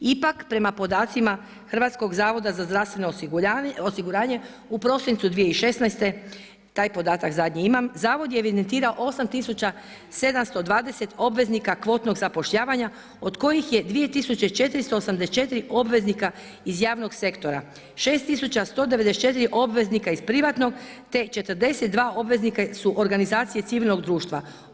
Ipak, prema podacima Hrvatskog zavoda za zdravstveno osiguranje, u prosincu 2016. taj podatak zadnji imam, Zavod je evidentirao 8720 obveznika kvotnog zapošljavanja, od kojih je 2484 obveznika iz javnog sektora, 6194 obveznika iz privatnog, te 42 obveznika su organizacije civilnog društva.